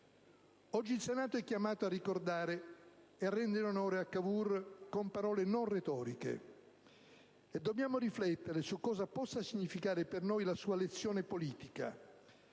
Oggi il Senato è chiamato a ricordare e rendere onore a Cavour con parole non retoriche. Dobbiamo riflettere su cosa possa significare per noi la sua lezione politica